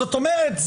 זאת אומרת,